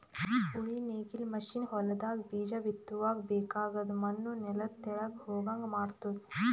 ಉಳಿ ನೇಗಿಲ್ ಮಷೀನ್ ಹೊಲದಾಗ ಬೀಜ ಬಿತ್ತುವಾಗ ಬೇಕಾಗದ್ ಮಣ್ಣು ನೆಲದ ತೆಳಗ್ ಹೋಗಂಗ್ ಮಾಡ್ತುದ